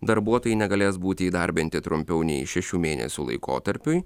darbuotojai negalės būti įdarbinti trumpiau nei šešių mėnesių laikotarpiui